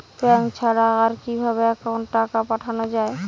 Bank ছাড়া আর কিভাবে একাউন্টে টাকা পাঠানো য়ায়?